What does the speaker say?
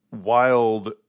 wild